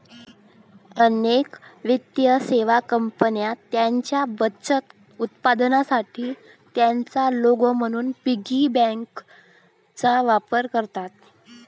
अनेक वित्तीय सेवा कंपन्या त्यांच्या बचत उत्पादनांसाठी त्यांचा लोगो म्हणून पिगी बँकांचा वापर करतात